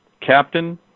Captain